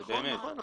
נכון.